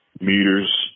meters